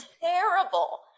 terrible